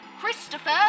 Christopher